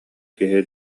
киһи